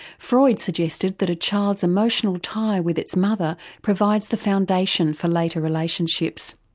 freud suggested that a child's emotional tie with its mother provides the foundation for later relationships.